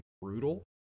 brutal